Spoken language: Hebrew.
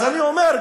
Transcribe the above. אז אני אומר,